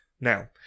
Now